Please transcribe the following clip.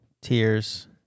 Tears